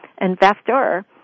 investor